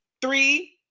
Three